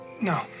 No